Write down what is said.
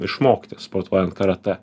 išmokti sportuojan karate